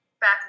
back